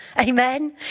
Amen